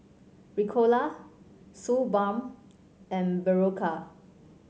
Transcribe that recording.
Ricola Suu Balm and Berocca